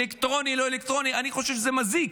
אלקטרוני, לא אלקטרוני, אני חושב שזה מזיק.